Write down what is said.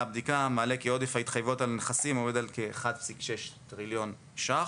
הבדיקה מעלה כי עודף ההתחייבויות על הנכסים עומד על כ-1.6 טריליון ש"ח.